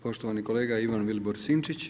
Poštovani kolega Ivan Vilibor Sinčić.